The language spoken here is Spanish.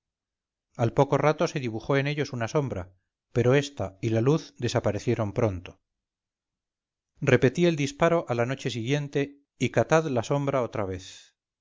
al poco rato se dibujó en ellos una sombra pero esta y la luz desaparecieron pronto repetí el disparo a la noche siguiente y catad la sombra otra vez